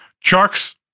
Chucks